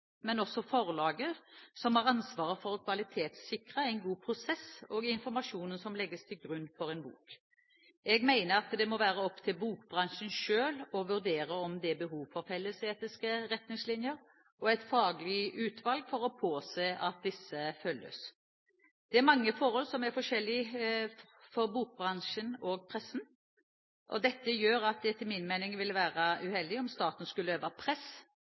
men også forlaget, som har ansvaret for å kvalitetssikre en god prosess og informasjonen som legges til grunn for en bok. Jeg mener at det må det være opp til bokbransjen selv å vurdere om det er behov for felles etiske retningslinjer og et faglig utvalg for å påse at disse følges. Det er mange forhold som er forskjellig for bokbransjen og pressen. Dette gjør at det etter min mening ville være uheldig om staten skulle øve press